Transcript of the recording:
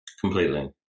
Completely